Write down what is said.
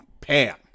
Pam